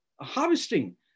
harvesting